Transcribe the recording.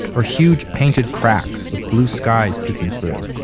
or huge painted cracks with blue skies peeking through.